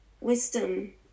wisdom